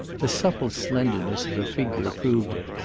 the supple slenderness of her figure proved it,